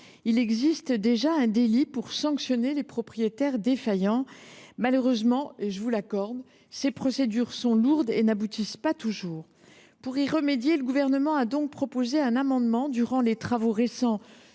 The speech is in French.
Il existe déjà un délit pour sanctionner les propriétaires défaillants. Malheureusement, je vous l’accorde, ces procédures sont lourdes et n’aboutissent pas toujours. Pour remédier à ce problème, le Gouvernement a défendu un amendement dans le cadre